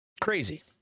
crazy